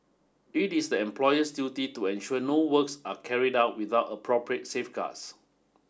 it is the employer's duty to ensure no works are carried out without appropriate safeguards